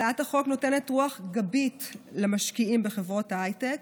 הצעת החוק נותנת רוח גבית למשקיעים בחברות ההייטק